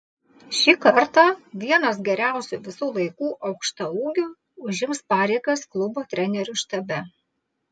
šį kartą vienas geriausių visų laikų aukštaūgių užims pareigas klubo trenerių štabe